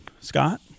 Scott